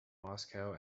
moscow